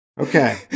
Okay